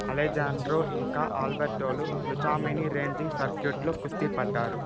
Alejandro ఇంకా అల్బెర్టోలు లుచామినీ రెజ్లింగ్ సర్క్యూట్లో కుస్తీ పడ్డారు